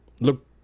Look